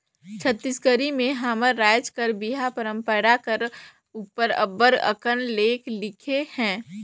छत्तीसगढ़ी में हमर राएज कर बिहा परंपरा कर उपर अब्बड़ अकन लेख लिखे हे